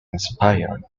inspiring